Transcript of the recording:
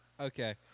Okay